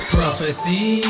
Prophecy